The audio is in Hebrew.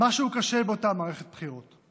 משהו קשה באותה מערכת בחירות.